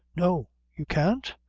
no! you can't?